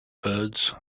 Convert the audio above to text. birds